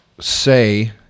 say